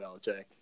Belichick